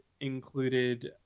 included